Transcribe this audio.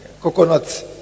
coconuts